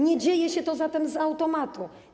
Nie dzieje się to zatem z automatu.